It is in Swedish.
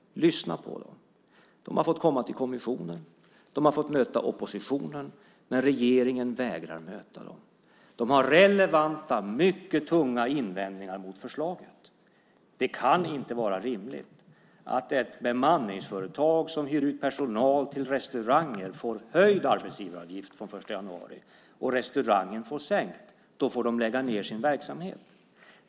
Lyssna på dem! De har fått komma till kommissionen. De har fått möta oppositionen. Men regeringen vägrar möta dem. De har relevanta, mycket tunga invändningar mot förslaget. Det kan inte vara rimligt att ett bemanningsföretag som hyr ut personal till restauranger får höjd arbetsgivaravgift från den 1 januari och restaurangen får sänkt. Då får de lägga ned sin verksamhet.